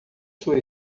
sua